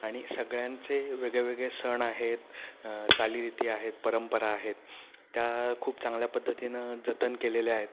आणि सगळ्यांचे वेगळे वेगळे सण आहेत चालीरिती आहेत परंपरा आहेत त्या खूप चांगल्या पद्धतीनं जतन केलेल्या आहेत